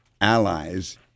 allies